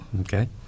Okay